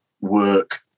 work